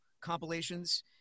compilations